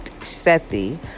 Sethi